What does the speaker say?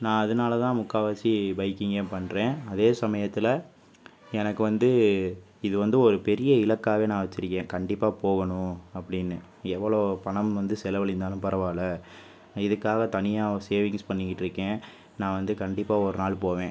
நான் அதனாலதான் முக்கால்வாசி பைக்கிங்கே பண்ணுறேன் அதே சமயத்தில் எனக்கு வந்து இது வந்து ஒரு பெரிய இலக்காகவே நான் வெச்சுருக்கேன் கண்டிப்பாக போகணும் அப்படினு எவ்வளோ பணம் வந்து செலவழிந்தாலும் பரவாலை இதுக்காகவே தனியாக சேவிங்ஸ் பண்ணிக்கிட்டிருக்கேன் நான் வந்து கண்டிப்பாக ஒரு நாள் போவேன்